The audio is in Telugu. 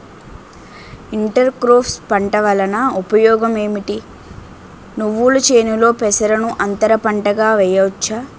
ఇంటర్ క్రోఫ్స్ పంట వలన ఉపయోగం ఏమిటి? నువ్వుల చేనులో పెసరను అంతర పంటగా వేయవచ్చా?